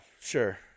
sure